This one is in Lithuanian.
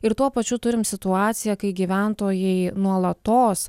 ir tuo pačiu turim situaciją kai gyventojai nuolatos